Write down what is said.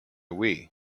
wii